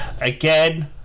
Again